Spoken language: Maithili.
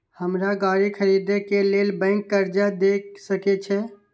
हमरा गाड़ी खरदे के लेल बैंक कर्जा देय सके छे?